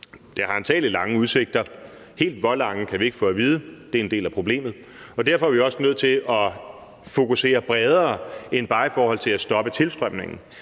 Det har antagelig lange udsigter. Helt hvor lange kan vi ikke få at vide – det er en del af problemet – og derfor er vi også nødt til at fokusere bredere end bare i forhold til at stoppe tilstrømningen.